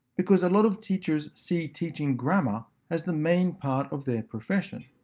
because a lot of teachers see teaching grammar as the main part of their profession.